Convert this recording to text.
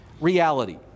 reality